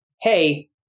hey